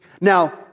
Now